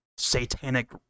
satanic